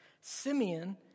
Simeon